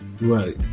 Right